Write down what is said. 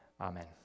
amen